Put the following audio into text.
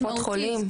בנקים, קופות חולים.